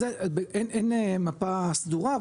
אז אין מפה סדורה,